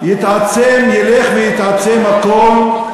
ילך ויתעצם הקול,